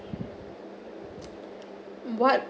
[what]